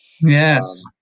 Yes